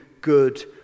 good